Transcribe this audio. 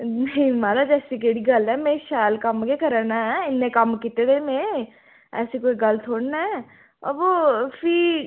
नेईं माराज ऐसी केह्ड़ी गल्ल ऐ में शैल कम्म गै करा ना ऐं इन्ने कम्म कीते दे न में ऐसी कोई गल्ल थोह्ड़ी ना ऐ अ बो फ्ही